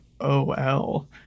OL